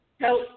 help